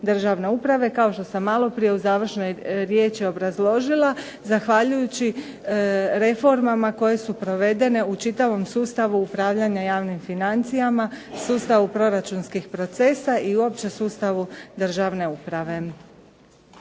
kao što sam malo prije u završnoj riječi obrazložila zahvaljujući reformama koje su provedene u čitavom sustavu upravljanja javnim financijama i sustavu proračunskih procesa i uopće sustavu državne uprave.